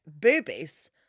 boobies